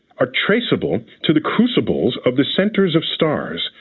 are traceable to the crucibles of the centers of stars.